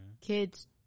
kids